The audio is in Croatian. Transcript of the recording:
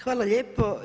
Hvala lijepo.